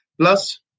Plus